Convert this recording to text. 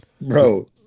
bro